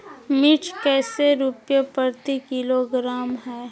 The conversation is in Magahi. मिर्च कैसे रुपए प्रति किलोग्राम है?